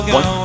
One